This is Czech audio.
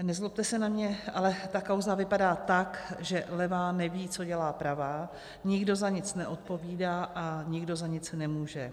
Nezlobte se na mě, ale ta kauza vypadá tak, že levá neví, co dělá pravá, nikdo za nic neodpovídá a nikdo za nic nemůže.